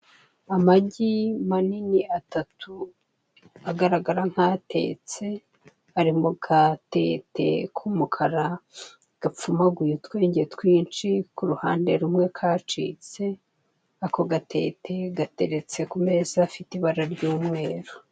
Amagi manini atatu, agaragara nk'atetse, ari ku gatete k'umukara, gapfumguye utwenge twinshi, ku ruhande rumwe kaciye, ako gatete gateretse ku meza afite ibara ry'umweru.